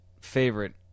favorite